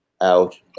out